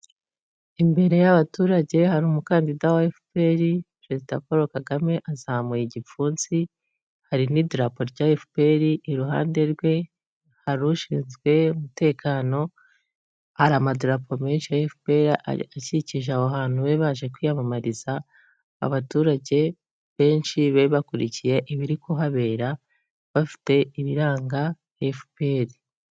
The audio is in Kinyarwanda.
Imbere y'abaturage hari umukandida wa FPR, perezida Paul Kagame azamuye igipfunsi, hari n'idarapo rya FPR, iruhande rwe hari ushinzwe umutekano, hari amadarapo menshi ya FPR akikije aho bantu bari baje kwiyamamariza, abaturage benshi bari bakurikiye ibiri kuhabera bafite ibiranga FPR.